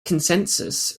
consensus